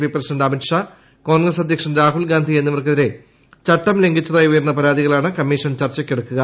P president Amit Shah Congress അധ്യക്ഷൻ രാഹുൽഗാന്ധി എന്നിവർക്കെതിരെ ചട്ടം ലംഘിച്ചതായി ഉയർന്ന പരാതികളാണ് കമ്മീഷൻ ചർച്ചയ്ക്കെടുക്കുക